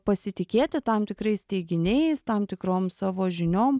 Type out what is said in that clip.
pasitikėti tam tikrais teiginiais tam tikrom savo žiniom